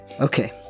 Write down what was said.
Okay